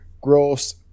gross